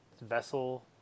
vessel